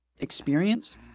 experience